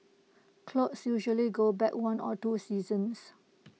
clothes usually go back one or two seasons